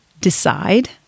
Decide